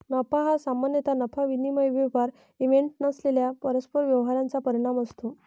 नफा हा सामान्यतः नफा विनिमय व्यवहार इव्हेंट नसलेल्या परस्पर व्यवहारांचा परिणाम असतो